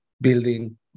building